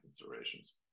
considerations